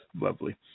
lovely